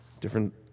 Different